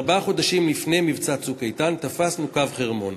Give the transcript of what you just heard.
כארבעה חודשים לפני מבצע "צוק איתן" תפסנו קו חרמון.